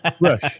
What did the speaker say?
Rush